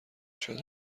شاید